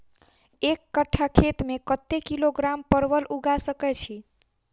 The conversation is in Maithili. एक कट्ठा खेत मे कत्ते किलोग्राम परवल उगा सकय की??